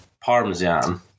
Parmesan